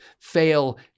fail